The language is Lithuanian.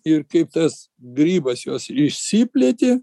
ir kaip tas grybas jos išsiplėtė